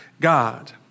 God